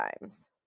times